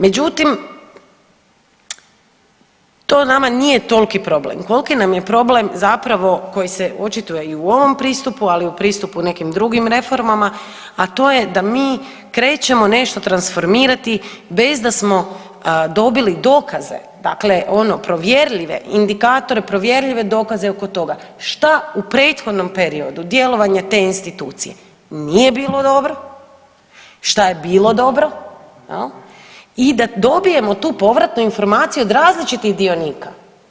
Međutim, to nama nije toliki problem koliki nam je problem zapravo koji se očituje i u ovom pristupu, ali i u pristupu nekim drugim reformama a to je da mi krećemo nešto transformirati bez da smo dobili dokaze dakle, ono provjerljive indikatore, provjerljive dokaze oko toga što u prethodnom periodu djelovanja te institucije nije bilo dobro, što je bilo dobro i da dobijemo tu povratnu informaciju od različitih dionika.